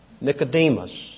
Nicodemus